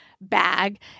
bag